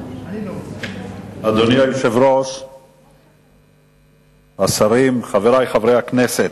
אדוני היושב-ראש, השרים, חברי חברי הכנסת,